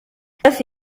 safi